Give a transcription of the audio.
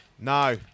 No